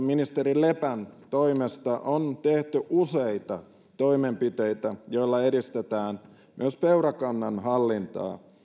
ministeri lepän toimesta on tehty useita toimenpiteitä joilla edistetään myös peurakannan hallintaa